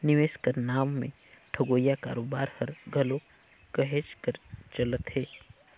निवेस कर नांव में ठगोइया कारोबार हर घलो कहेच कर चलत हे